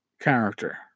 character